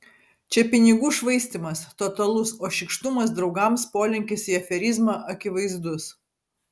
čia pinigų švaistymas totalus o šykštumas draugams polinkis į aferizmą akivaizdus